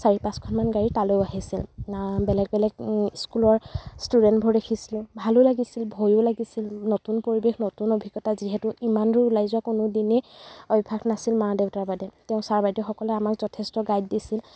চাৰি পাঁচখনমান গাড়ী তালৈয়ো আহিছিল বেলেগ বেলেগ স্কুলৰ ইষ্টুডেণ্টবোৰ দেখিছিলোঁ ভালো লাগিছিল ভয়ো লাগিছিল নতুন পৰিৱেশ নতুন অভিজ্ঞতা যিহেতু ইমান দূৰ ওলাই যোৱা কোনো দিনেই অভ্যাস নাছিল মা দেউতাৰ বাদে তেও ছাৰ বাইদেউসকলে আমাক যথেষ্ট গাইড দিছিল